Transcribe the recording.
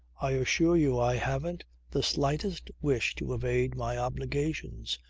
i assure you i haven't the slightest wish to evade my obligations,